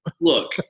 Look